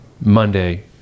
Monday